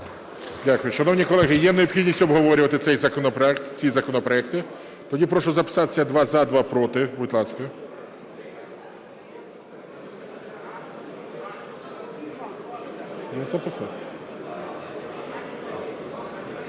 Дякую. Шановні колеги, є необхідність обговорювати цей законопроект, ці законопроекти? Тоді прошу записатися: два – за, два – проти, будь ласка.